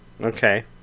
okay